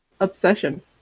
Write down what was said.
obsession